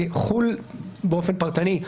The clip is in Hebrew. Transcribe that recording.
חו"ל באופן פרטני,